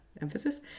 emphasis